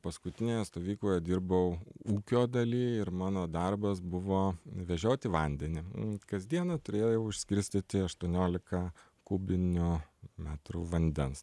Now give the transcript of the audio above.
paskutinėje stovykloje dirbau ūkio daly ir mano darbas buvo vežioti vandenį kasdieną turėjau išskirstyti aštuonioliką kubinių metrų vandens